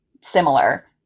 similar